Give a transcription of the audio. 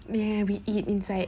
then we eat inside